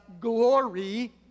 glory